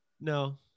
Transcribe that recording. no